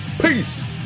Peace